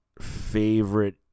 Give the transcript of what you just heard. favorite